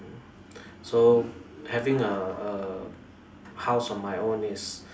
mm so having a a house on my own is